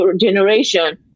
generation